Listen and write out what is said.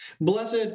Blessed